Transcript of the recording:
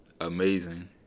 Amazing